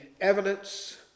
evidence